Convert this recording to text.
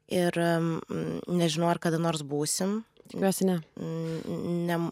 ir nežinau ar kada nors būsim grasinę ne